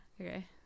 Okay